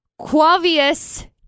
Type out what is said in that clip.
Quavius